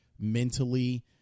mentally